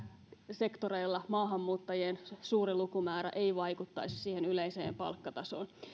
sektoreilla maahanmuuttajien suuri lukumäärä ei vaikuttaisi siihen yleiseen palkkatasoon